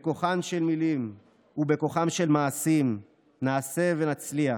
בכוחן של מילים ובכוחם של מעשים, נעשה ונצליח.